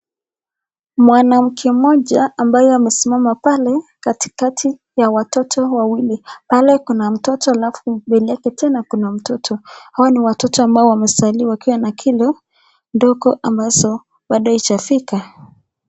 Mwanamke moja ambaye amesimama pale katikati ya watoto wawili. Pale kuna mtoto halafu mbele yake tena kuna mtoto. Hao ni watoto ambao wamezaliwa wakiwa na kilo ndogo ambazo bado haijafika.